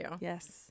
Yes